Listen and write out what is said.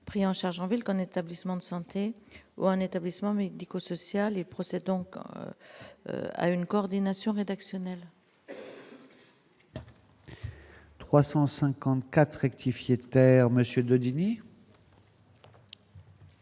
pris en charge en ville qu'en établissement de santé ou en établissement médico-social et procède donc à une coordination rédactionnel. 354 rectifier taire Monsieur Daudigny.